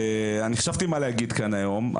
חשבתי מה להגיד כאן היום.